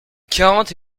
quarante